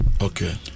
Okay